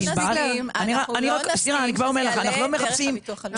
לא נסכים שזה יעלה דרך הביטוח הלאומי.